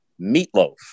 Meatloaf